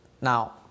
Now